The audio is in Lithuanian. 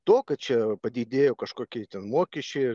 to kad čia padidėjo kažkokie ten mokesčiai